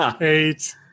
eight